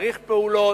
צריך פעולות.